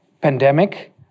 pandemic